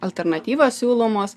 alternatyvios siūlomos